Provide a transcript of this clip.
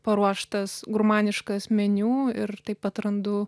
paruoštas gurmaniškas meniu ir taip atrandu